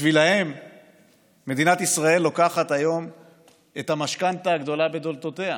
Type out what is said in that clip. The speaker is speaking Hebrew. בשבילם מדינת ישראל לוקחת היום את המשכנתה הגדולה בתולדותיה.